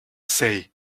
say